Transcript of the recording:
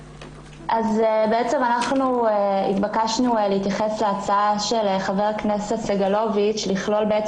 אנחנו נתבקשנו להתייחס להצעה של חבר הכנסת סגלוביץ' לכלול את